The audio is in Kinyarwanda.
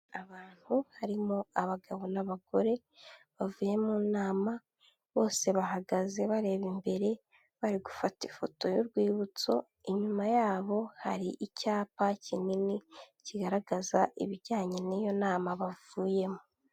Abantu harimo abagabo n'abagore, bavuye mu nama, bose bahagaze bareba imbere, bari gufata ifoto y'urwibutso, inyuma yabo hari icyapa kinini kigaragaza ibijyanye n'iyo nama bavuyemo.